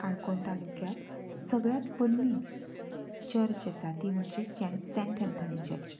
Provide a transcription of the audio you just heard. काणकोण तालुक्यांत सगळ्यात पोरणी चर्च आसा ती म्हणचे शँत सँट एंथनी चर्च